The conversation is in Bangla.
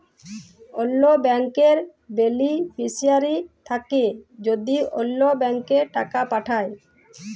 অল্য ব্যাংকের বেলিফিশিয়ারি থ্যাকে যদি অল্য ব্যাংকে টাকা পাঠায়